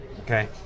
Okay